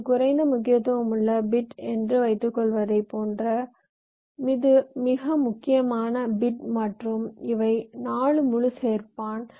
இது குறைந்த முக்கியத்துவம் உள்ள பிட் என்று வைத்துக்கொள்வதைப் போன்ற இது மிக முக்கியமான பிட் மற்றும் இவை 4 முழு சேர்ப்பான்